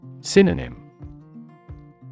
Synonym